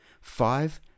Five